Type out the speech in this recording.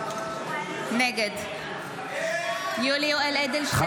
נגד איך אתה נגד?